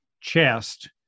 chest